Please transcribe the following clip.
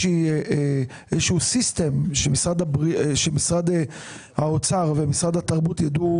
איזשהו סיסטם שמשרד האוצר ומשרד התרבות והספורט ידעו